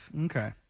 Okay